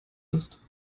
ist